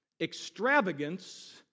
extravagance